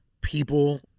people